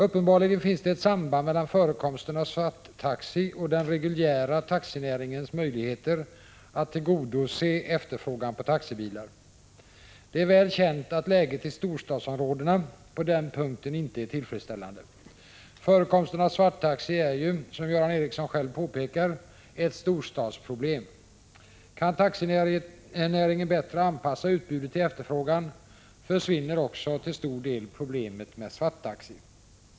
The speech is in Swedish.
Uppenbarligen finns det ett samband mellan förekomsten av svarttaxi och den reguljära taxinäringens möjligheter att tillgodose efterfrågan på taxibilar. Det är väl känt att läget i storstadsområdena på den punkten inte är =| 46 tillfredsställande. Förekomsten av svarttaxi är ju, som Göran Ericsson själv påpekar, ett storstadsproblem. Kan taxinäringen bättre anpassa utbudet till Prot. 1985/86:126 efterfrågan, försvinner också till stor del problemet med svarttaxi.